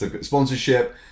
sponsorship